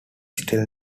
still